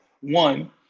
one